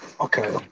Okay